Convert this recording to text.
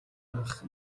анх